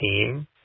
team